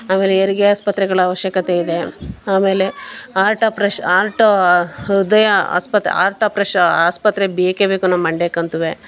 ಆಮೇಲೆ ಹೆರಿಗೆ ಆಸ್ಪತ್ರೆಗಳ ಅವಶ್ಯಕತೆ ಇದೆ ಆಮೇಲೆ ಆರ್ಟ್ ಆಪ್ರೆಶ್ ಆರ್ಟು ಹೃದಯ ಆಸ್ಪತ್ ಆರ್ಟ್ ಆಪ್ರೆಶ್ ಆಸ್ಪತ್ರೆ ಬೇಕೆ ಬೇಕು ನಮ್ಮ ಮಂಡ್ಯಕ್ಕಂತೂ